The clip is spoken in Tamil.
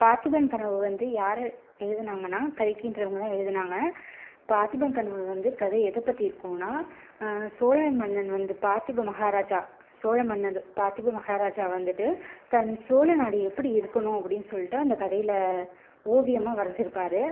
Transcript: பார்த்திபன் கனவு வந்து யார் எழுதினாங்கன்னா கல்கி என்றவங்க தான் எழுதினாங்க பார்த்திபன் கனவு வந்து எதைப்பத்தி இருக்குன்னா சோழ மன்னன் வந்து பார்த்திப மஹாராஜா சோழ மன்னர் பார்த்திப மஹாராஜாவை வந்துவிட்டு தன் சோழ நாடு எப்படி இருக்கணும் அப்படின்னு சொல்லிவிட்டு அந்த கதையில் ஓவியமாக வரைஞ்சிருப்பாரு